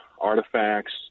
artifacts